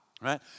right